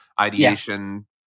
ideation